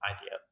idea